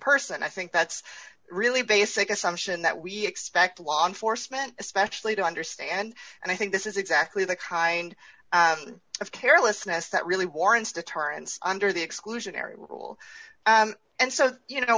i think that's really basic assumption that we expect law enforcement especially to understand and i think this is exactly the kind of carelessness that really warrants deterrence under the exclusionary rule and so you know